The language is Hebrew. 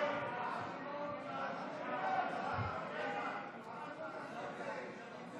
ההצעה להעביר לוועדה את הצעת חוק